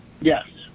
Yes